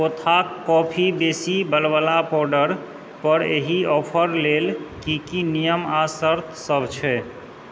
Cothas coffee बेसी बलवला powder पर एहि ऑफर लेल की की नियम आ शर्तसभ छै